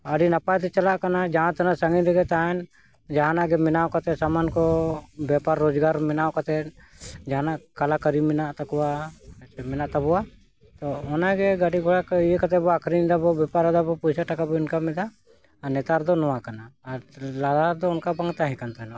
ᱟᱹᱰᱤ ᱱᱟᱯᱟᱭ ᱛᱮ ᱪᱟᱞᱟᱜ ᱠᱟᱱᱟ ᱡᱟᱦᱟᱸ ᱛᱤᱱᱟᱹᱜ ᱥᱟᱺᱜᱤᱧ ᱨᱮᱜᱮ ᱛᱟᱦᱮᱱ ᱡᱟᱦᱟᱱᱟᱜ ᱜᱮ ᱵᱮᱱᱟᱣ ᱠᱟᱛᱮ ᱥᱟᱢᱟᱱ ᱠᱚ ᱵᱮᱯᱟᱨ ᱨᱳᱡᱽᱜᱟᱨ ᱵᱮᱱᱟᱣ ᱠᱟᱛᱮ ᱡᱟᱦᱟᱱᱟᱜ ᱠᱟᱞᱟᱠᱟᱨᱤ ᱢᱮᱱᱟᱜ ᱛᱟᱠᱚᱣᱟ ᱢᱮᱱᱟᱜ ᱛᱟᱵᱚᱱᱟ ᱛᱚ ᱚᱱᱟᱜᱮ ᱜᱟᱹᱰᱤ ᱜᱷᱚᱲᱟ ᱠᱚ ᱤᱭᱟᱹ ᱠᱟᱛᱮ ᱵᱚ ᱟᱹᱠᱷᱨᱤᱧᱫᱟ ᱵᱚᱱ ᱵᱮᱯᱟᱨ ᱮᱫᱟ ᱵᱚᱱ ᱯᱚᱭᱥᱟ ᱴᱟᱠᱟ ᱵᱚᱱ ᱤᱱᱠᱟᱢ ᱮᱫᱟ ᱟᱨ ᱱᱮᱛᱟᱨ ᱫᱚ ᱱᱚᱣᱟ ᱠᱟᱱᱟ ᱟᱨ ᱞᱟᱜᱟ ᱫᱚ ᱚᱱᱠᱟ ᱵᱟᱝ ᱛᱟᱦᱮᱸ ᱠᱟᱱ ᱛᱟᱦᱮᱱᱚᱜᱼᱟ